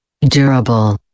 Durable